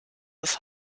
das